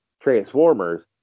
transformers